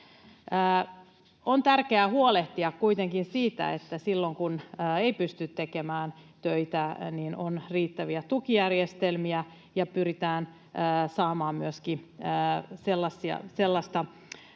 On tärkeää huolehtia kuitenkin siitä, että silloin, kun ei pysty tekemään töitä, on riittäviä tukijärjestelmiä, ja pyritään saamaan myöskin sellaisia